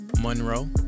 Monroe